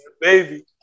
baby